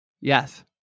Yes